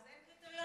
אז אין קריטריונים?